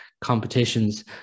competitions